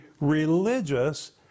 religious